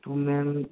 تو میم